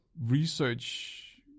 research